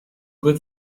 good